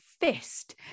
fist